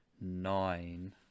nine